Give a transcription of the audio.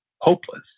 hopeless